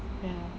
ya